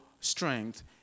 strength